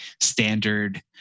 standard